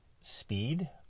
speed